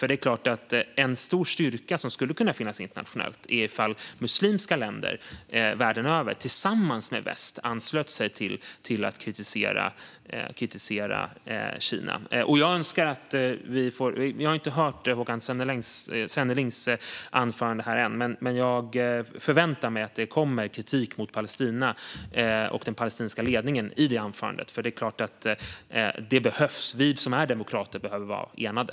Det skulle vara en stor styrka internationellt om muslimska länder världen över tillsammans med väst anslöt sig till att kritisera Kina. Vi har inte hört Håkan Svennelings anförande än, men jag förväntar mig att det kommer kritik mot Palestina och den palestinska ledningen i anförandet, för det behövs. Vi som är demokrater behöver vara enade.